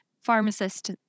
pharmacist